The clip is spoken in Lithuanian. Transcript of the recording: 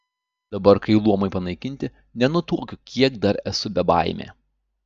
dabar kai luomai panaikinti nenutuokiu kiek dar esu bebaimė